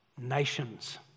nations